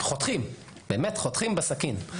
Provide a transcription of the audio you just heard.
חותכים באמת בסכין.